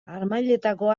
harmailetako